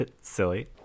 silly